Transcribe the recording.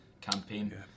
campaign